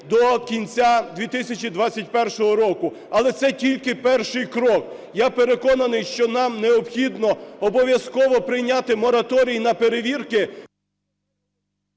до кінця 2021 року. Але це тільки перший крок. Я переконаний, що нам необхідно обов'язково прийняти мораторій на перевірки…